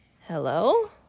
Hello